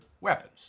weapons